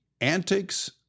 Antics